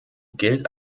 gilt